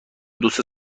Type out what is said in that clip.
دوست